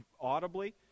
audibly